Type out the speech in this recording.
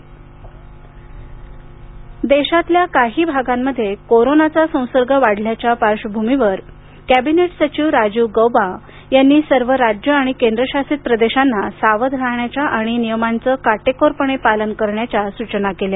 राजीव गौबा देशातल्या काही भागांमध्ये कोरोनाचा संसर्ग वाढल्याच्या पार्श्वभूमीवर कॅबिनेट सचिव राजीव गौबा यांनी सर्व राज्य आणि केंद्र शासित प्रदेशांना सावध राहण्याच्या आणि नियमांचं काटेकोर पालन करण्याच्या सूचना केल्या